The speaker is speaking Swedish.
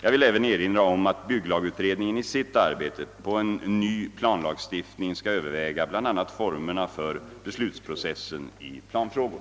Jag vill även erinra om att bygglagutredningen i sitt arbete på en ny planlagstiftning skall överväga bl.a. formerna för beslutsprocessen i planfrågor.